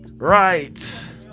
Right